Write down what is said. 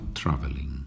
traveling